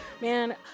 man